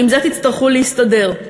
עם זה תצטרכו להסתדר.